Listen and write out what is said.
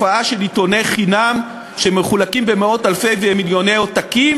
התופעה של עיתוני חינם שמחולקים במאות-אלפי ומיליוני עותקים.